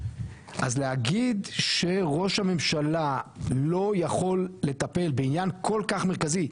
אז להגיד שראש הממשלה לא יכול לטפל בעניין כל כך מרכזי,